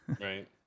Right